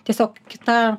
tiesiog kita